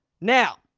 Now